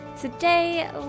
Today